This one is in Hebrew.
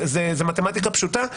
זאת מתמטיקה פשוטה.